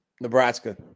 Nebraska